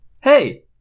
Hey